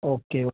okay ઓ